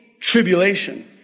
tribulation